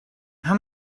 how